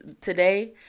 today